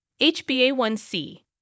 HbA1c